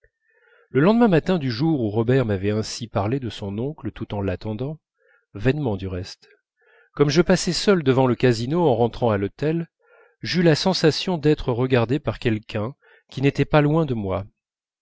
le lendemain du jour où robert m'avait ainsi parlé de son oncle tout en l'attendant vainement du reste comme je passais seul devant le casino en rentrant à l'hôtel j'eus la sensation d'être regardé par quelqu'un qui n'était pas loin de moi